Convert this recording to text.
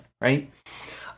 right